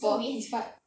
for only his part